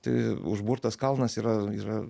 tai užburtas kalnas yra yra